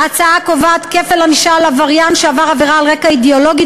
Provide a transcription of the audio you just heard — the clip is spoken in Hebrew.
ההצעה קובעת כפל ענישה לעבריין שעבר עבירה על רקע אידיאולוגי,